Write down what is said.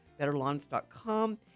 betterlawns.com